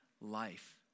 life